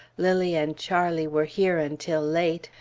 lilly and charlie were here until late,